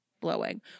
blowing